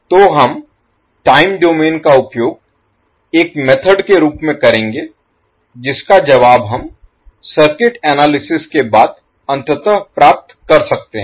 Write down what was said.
तो हम time domain का उपयोग एक मेथड Method विधि के रूप में करेंगे जिसका जवाब हम सर्किट एनालिसिस विश्लेषण Analysis के बाद अंततः प्राप्त कर सकते हैं